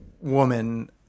woman